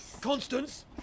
Constance